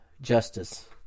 Justice